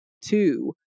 two